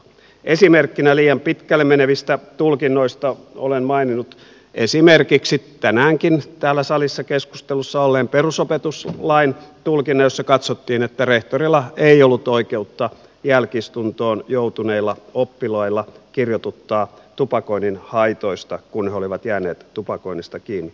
esimerkkinä liian pitkälle menevistä tulkinnoista olen maininnut esimerkiksi tänäänkin täällä salissa keskustelussa olleen perusopetuslain tulkinnan jossa katsottiin että rehtorilla ei ollut oikeutta jälki istuntoon joutuneilla oppilailla kirjoituttaa tupakoinnin haitoista kun he olivat jääneet tupakoinnista kiinni